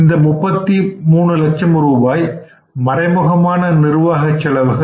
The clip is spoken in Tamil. இந்த 33 லட்சம் ரூபாய் மறைமுகமான நிர்வாகச் செலவுகள்